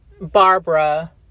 Barbara